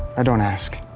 i don't ask.